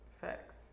Facts